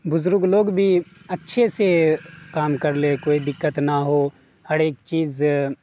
بزرگ لوگ بھی اچھے سے کام کر لے کوئی دقت نہ ہو ہر ایک چیز